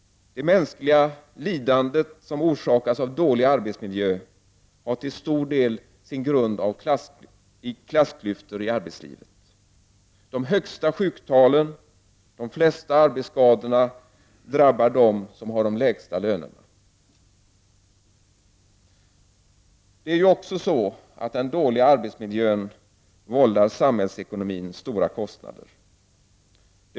Det mänskliga lidande som orsakas av dålig arbetsmiljö har till stor del sin grund i klassklyftor i arbetslivet. De högsta sjuktalen och de flesta arbetsskadorna drabbar dem som har de lägsta lönerna. Den dåliga arbetsmiljön vållar också samhällsekonomin stora kostnader.